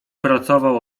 pracował